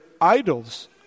idols